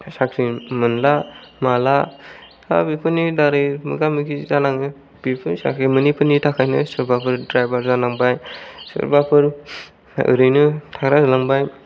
साख्रिफोर मोनला माला दा बेफोरनि दारै मोगा मोगि जानाङो बेफोर साख्रि मोनैफोरनि थाखायनो सोरबाफोर ड्रायभार जानांबाय सोरबाफोर ओरैनो थाग्रा जालांबाय